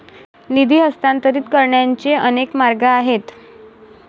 निधी हस्तांतरित करण्याचे अनेक मार्ग आहेत